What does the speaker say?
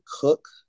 cook